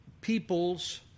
peoples